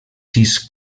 sis